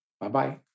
Bye-bye